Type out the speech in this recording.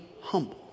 humble